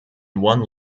one